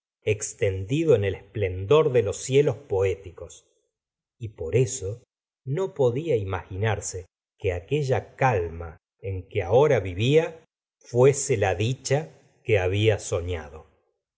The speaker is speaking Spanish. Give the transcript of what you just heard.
extendido en el esplendor de los cielos poéticos y por eso no podía imaginarse que aquella calma en que ahora vivía fuese la dicha que habla i soñado